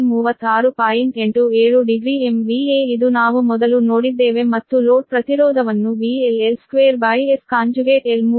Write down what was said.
870 MVA ಇದು ನಾವು ಮೊದಲು ನೋಡಿದ್ದೇವೆ ಮತ್ತು ಲೋಡ್ ಪ್ರತಿರೋಧವನ್ನು VLL2SL3∅ 10